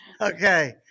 okay